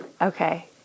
Okay